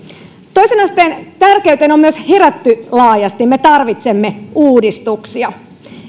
toisen asteen tärkeyteen on myös herätty laajasti me tarvitsemme uudistuksia